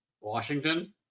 Washington